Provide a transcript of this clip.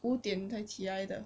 五点才起来的